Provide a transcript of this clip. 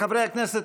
חברי הכנסת,